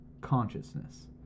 consciousness